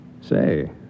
Say